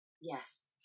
Yes